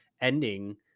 ending